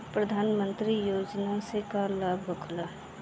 प्रधानमंत्री योजना से का लाभ होखेला?